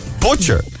Butcher